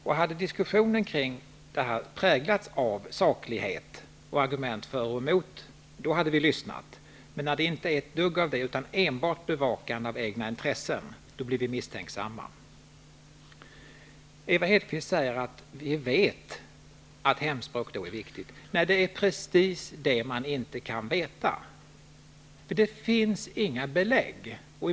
Om diskussionen hade präglats av saklighet och argument för och emot, hade vi lyssnat. Men när det bara är fråga om ett bevakande av egna intressen, blir vi misstänksamma. Ewa Hedkvist sade att man vet att hemspråksundervisningen är viktig. Men det är precis det som man inte kan veta. Det finns nämligen inte några belägg för det.